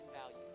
value